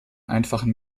einfachen